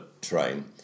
train